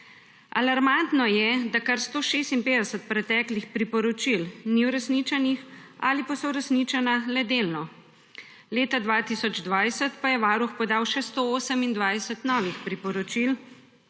Alarmantno je, da kar 156 preteklih priporočil ni uresničenih ali pa so uresničena le delno. Leta 2020 pa je Varuh podal še 128 novih priporočil,